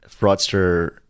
Fraudster